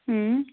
اۭں